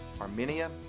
Armenia